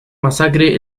masacre